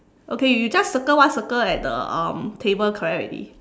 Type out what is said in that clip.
okay you just circle one circle at the um table correct already